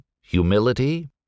humility